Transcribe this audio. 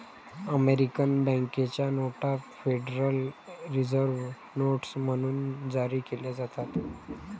American बँकेच्या नोटा federal reserve notes म्हणून जारी केल्या जातात